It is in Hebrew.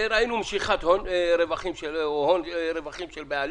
ראינו משיכת רווחים של הון ורווחים בעלים.